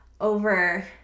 over